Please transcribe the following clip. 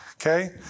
okay